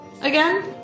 again